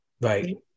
Right